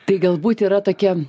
tai galbūt yra tokie